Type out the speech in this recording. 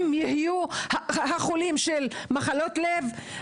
הם יהיו החולים של מחלות לב,